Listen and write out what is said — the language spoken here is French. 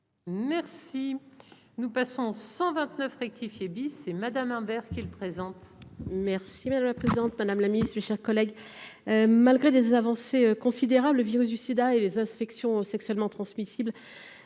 Merci, nous passons 129 rectifié bis et Madame Imbert qu'présente merci. Si madame la présidente, madame la Ministre, chers collègues, malgré des avancées considérables, le virus du SIDA et les infections sexuellement transmissibles